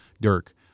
Dirk